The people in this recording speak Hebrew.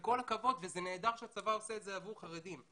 כל הכבוד וזה נהדר שהצבא עושה את זה עבור חרדים,